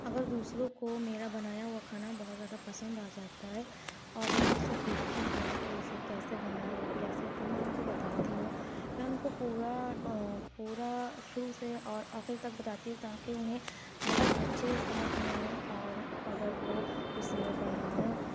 اگر دوسروں کو میرا بنایا ہوا کھانا بہت زیادہ پسند آ جاتا ہے اور وہ مجھ سے پوچھتی ہیں کہ اسے کیسے بنائے یا کیسے تو میں ان کو بتاتی ہوں میں ان کو پورا پورا شروع سے اور آخر تک بتاتی ہوں تاکہ انہیں بہت اچھے سے سمجھ میں آئیں اور اگر وہ اسے بنائیں